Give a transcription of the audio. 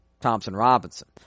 Thompson-Robinson